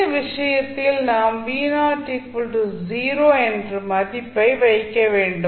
இந்த விஷயத்தில் நாம் என்ற மதிப்பை வைக்க வேண்டும்